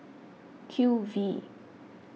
Q V